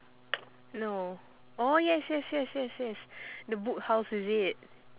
no oh yes yes yes yes yes the book house is it